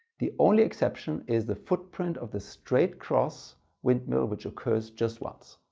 the only exception is the footprint of the straight cross windmill which occurs just once.